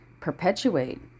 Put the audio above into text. perpetuate